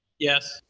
yes.